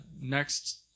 next